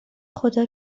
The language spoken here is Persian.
خدا